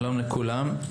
שלום לכולם.